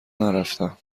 نرفتم